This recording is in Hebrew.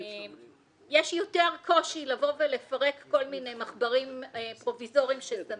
יש יותר קושי לפרק כל מיני מחברים אימפרוביזוריים ששמים,